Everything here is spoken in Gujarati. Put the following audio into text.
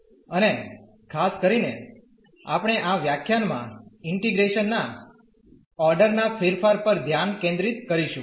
અને ખાસ કરીને આપણે આ વ્યાખ્યાનમાં ઇન્ટીગ્રેશન ના ઓડર ના ફેરફાર પર ધ્યાન કેન્દ્રિત કરીશું